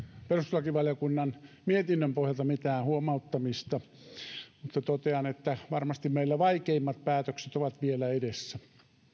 perustuslakivaliokunnan mietinnön pohjalta mitään huomauttamista mutta totean että varmasti meillä vaikeimmat päätökset ovat vielä edessä